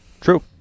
True